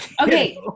Okay